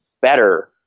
better